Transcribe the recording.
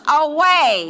away